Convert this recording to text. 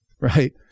Right